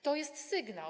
To jest sygnał.